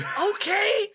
Okay